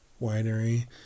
winery